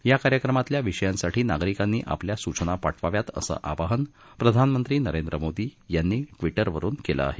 या कार्यक्रमातल्या विषयांसाठी नागरिकांनी आपल्या सूचना पाठवाव्यात असं आवाहन प्रधानमंत्री नरेंद्र मोदी यांनी ट्विरवरून केलं आहे